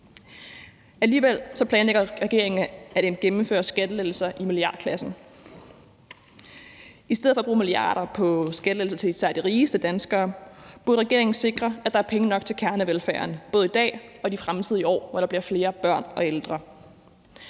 Alligevel planlægger regeringen at gennemføre skattelettelser i milliardklassen. I stedet for at bruge milliarder på skattelettelser til især de rigeste danskere burde regeringen sikre, at der er penge nok til kernevelfærden, både i dag og i de kommende år, hvor der bliver flere børn og ældre.